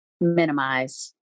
minimize